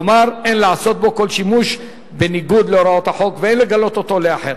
כלומר אין לעשות בו כל שימוש בניגוד להוראות החוק ואין לגלות אותו לאחר.